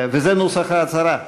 וזה נוסח ההצהרה: